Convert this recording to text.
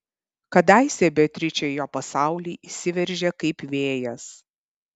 kadaise beatričė į jo pasaulį įsiveržė kaip vėjas